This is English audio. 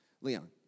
Leon